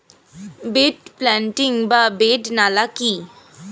Bed planting বা bed নালা কি?